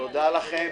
תודה לכם.